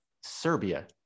Serbia